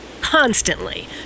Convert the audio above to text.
constantly